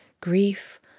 grief